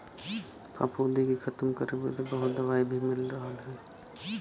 फफूंदी के खतम करे बदे बहुत दवाई भी मिल रहल हई